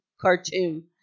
cartoon